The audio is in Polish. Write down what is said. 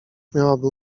miałaby